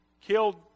killed